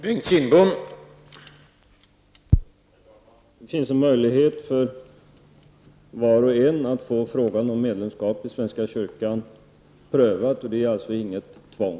Herr talman! Det finns möjlighet för var och en att få frågan om medlemskap i svenska kyrkan prövad. Det är alltså inget tvång.